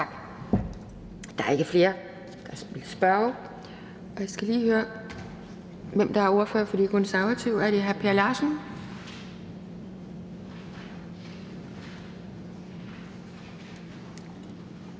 Der er ikke flere spørgere. Jeg skal lige høre, hvem der er ordfører for De Konservative. Er det hr. Per Larsen?